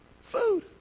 Food